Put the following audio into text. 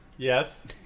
Yes